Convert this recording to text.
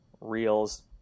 reels